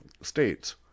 states